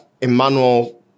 Emmanuel